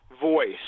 voice